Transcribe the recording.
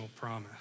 promise